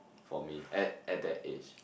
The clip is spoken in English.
for me at at that age